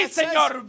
señor